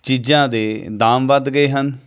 ਚੀਜ਼ਾਂ ਦੇ ਦਾਮ ਵੱਧ ਗਏ ਹਨ